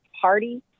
party